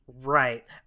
Right